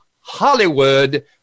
Hollywood